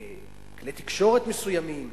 כלי תקשורת מסוימים,